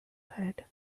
head